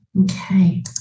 Okay